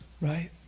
Right